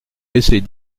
laisser